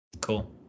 Cool